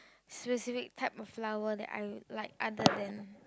specific type of flower that I like other than